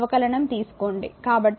కాబట్టి p v i